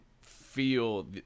feel